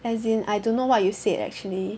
as in I don't know what you said actually